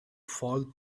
fall